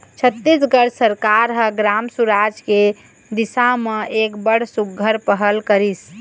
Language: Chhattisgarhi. छत्तीसगढ़ सरकार ह ग्राम सुराज के दिसा म एक बड़ सुग्घर पहल करिस